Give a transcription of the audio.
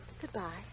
Goodbye